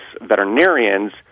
veterinarians